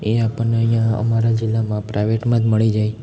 એ આપણને અહીંયા અમારા જીલામાં પ્રાઈવેટમાં જ મળી જાય